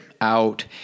out